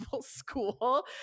school